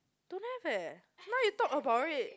don't have leh now you talk about it